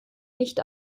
nicht